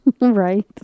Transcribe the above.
Right